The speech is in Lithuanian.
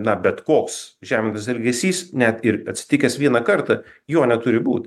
na bet koks žeminantis elgesys net ir atsitikęs vieną kartą jo neturi būt